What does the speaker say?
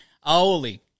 Holy